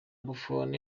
buffon